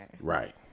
Right